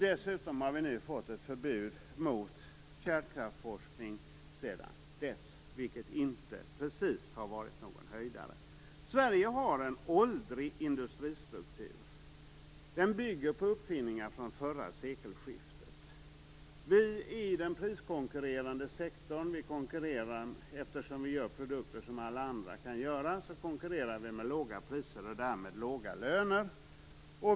Dessutom har vi sedan dess fått ett förbud mot kärnkraftsforskning, vilket inte precis har varit någon höjdare. Sverige har en åldrig industristruktur. Den bygger på uppfinningar från förra sekelskiftet. Vi är i den priskonkurrerande sektorn. Eftersom vi gör produkter som alla andra kan göra konkurrerar vi med låga priser och därmed låga löner.